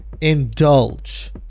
indulge